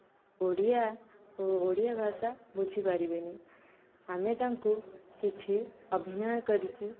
ଓଡ଼ିଆ ଓ ଓଡ଼ିଆ ଭାଷା ବୁଝିପାରିବେନି ଆମେ ତାଙ୍କୁ କିଛି ଅଭିନୟ କରିକି